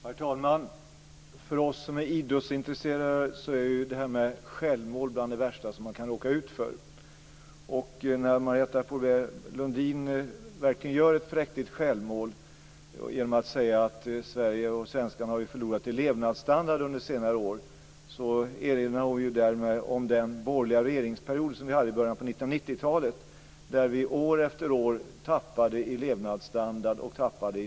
Herr talman! För dem som är idrottsintresserade är självmål bland det värsta som man kan råka ut för. Marietta de Pourbaix-Lundin gör verkligen ett präktigt självmål genom att säga att Sverige och svenskarna har förlorat i levnadsstandard under senare år och erinrar därmed om den borgerliga regeringsperiod som vi hade i början på 1990-talet. Vi tappade då år efter år i levnadsstandard och i tillväxt.